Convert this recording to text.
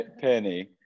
Penny